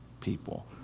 people